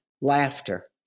Laughter